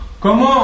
comment